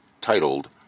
titled